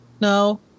No